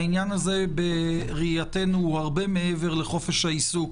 העניין הזה בראייתנו הוא הרבה מעבר לחופש העיסוק